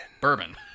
bourbon